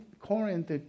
Corinth